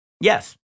Yes